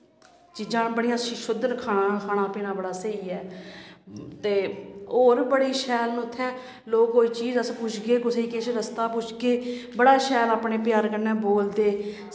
चीजां बड़ियां शुद्ध खाना पीना बड़ा स्हेई ऐ ते होर बी बड़ी शैल न उत्थें लोग कोई चीज़ अस पुच्छगे कुसै गी किश रस्ता पुच्छगे बड़ा शैल अपने प्यार कन्नै बोलदे